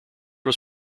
was